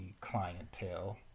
clientele